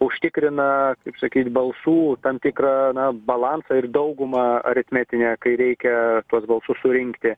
užtikrina kaip sakyt balsų tam tikrą na balansą ir daugumą aritmetinę kai reikia tuos balsus surinkti